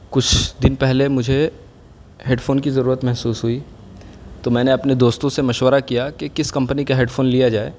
کچھ دن پہلے مجھے ہیڈ فون کی ضرورت محسوس ہوئی تو میں نے اپنے دوستوں سے مشورہ کیا کہ کس کمپنی کا ہیڈ فون لیا جائے